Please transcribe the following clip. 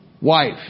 wife